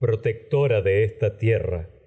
protectora de esta rra